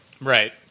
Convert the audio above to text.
Right